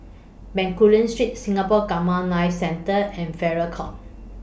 Bencoolen Street Singapore Gamma Knife Centre and Farrer Court